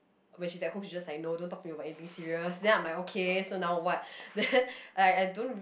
when she's at home she just like no don't talk to me about anything serious then I am like okay so now what then I don't